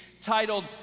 titled